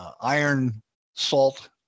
iron-salt